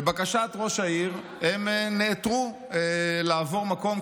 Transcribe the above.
לבקשת ראש העיר הם נעתרו לעבור מקום,